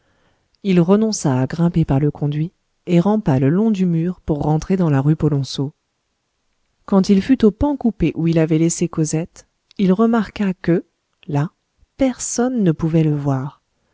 il renonça à grimper par le conduit et rampa le long du mur pour rentrer dans la rue polonceau quand il fut au pan coupé où il avait laissé cosette il remarqua que là personne ne pouvait le voir